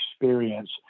experience